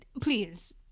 please